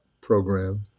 program